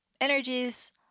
energies